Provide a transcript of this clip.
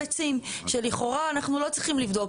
ביצים שלכאורה אנחנו לא צריכים לבדוק